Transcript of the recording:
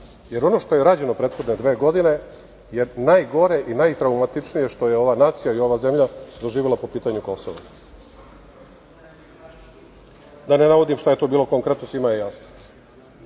jer ono što je rađeno prethodne dve godine je najgore i najtraumatičnije što je ova nacija i ova zemlja doživela po pitanju Kosova. Da ne navodim šta je to bilo konkretno, svima je jasno.